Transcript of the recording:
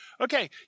Okay